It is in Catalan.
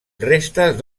restes